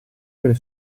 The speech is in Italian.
delle